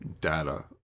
data